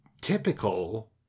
typical